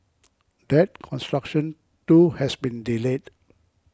that construction too has been delayed